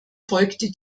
folgte